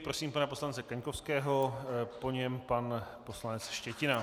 Prosím pana poslance Kaňkovského, po něm pan poslanec Štětina.